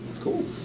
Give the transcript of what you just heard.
Cool